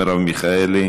מרב מיכאלי,